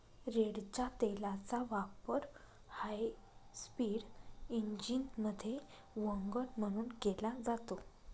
रेडच्या तेलाचा वापर हायस्पीड इंजिनमध्ये वंगण म्हणून केला जातो